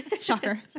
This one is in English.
Shocker